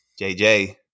JJ